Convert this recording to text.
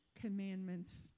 commandments